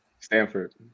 Stanford